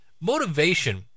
motivation